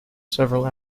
several